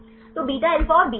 तो beta alpha और beta